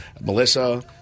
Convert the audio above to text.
Melissa